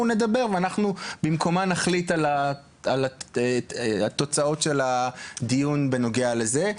נדבר ואנחנו במקומה נחליט על התוצאות של הדיון בנוגע לזה.